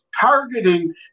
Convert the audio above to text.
targeting